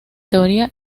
teoría